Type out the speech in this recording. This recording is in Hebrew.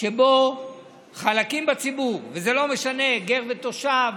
שבו חלקים בציבור, וזה לא משנה, "גר ותושב"